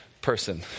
person